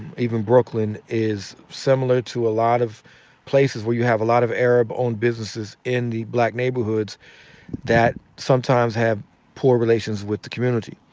even brooklyn, is similar to a lot of places where you have a lot of arab-owned businesses in the black neighborhoods that sometimes have poor relationships with the community.